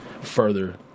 further